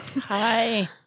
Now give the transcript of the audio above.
Hi